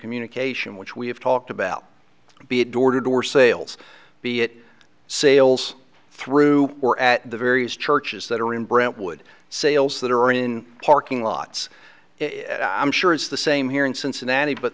communication which we have talked about be door to door sales be it sales through or at the various churches that are in brentwood sales that are in parking lots i'm sure it's the same here in cincinnati but